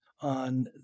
on